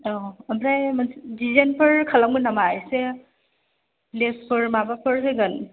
औ ओमफ्राय मोनसे डिजाइनफोर खालामगोन नामा लेसफोर माबाफोर होगोन